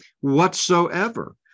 whatsoever